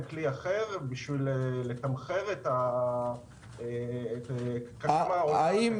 כלי אחר בשביל לתמחר את --- כמה עולה להם,